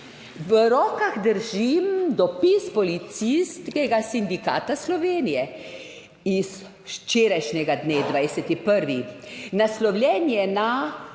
V rokah držim dopis Policijskega sindikata Slovenije iz včerajšnjega dne, 20. 1. Naslovljen je na